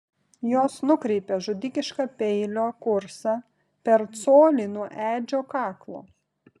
jos nukreipė žudikišką peilio kursą per colį nuo edžio kaklo